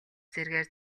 зэргээр